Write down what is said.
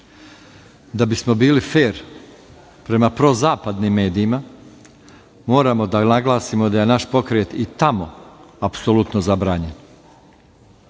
Da bismo bili fer prema prozapadnim medijima, moramo da naglasimo da je naš pokret i tamo apsolutno zabranjen.